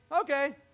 okay